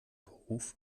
beruf